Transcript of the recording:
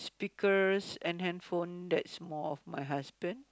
speakers and handphone that's more of my husband